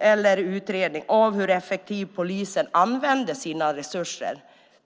eller en utredning av hur effektivt polisen använder sina resurser.